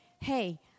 hey